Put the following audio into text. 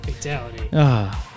fatality